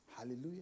Hallelujah